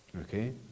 Okay